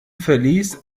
verlies